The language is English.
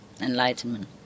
enlightenment